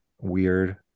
weird